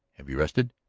have you rested?